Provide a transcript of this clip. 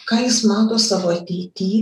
ką jis mato savo ateity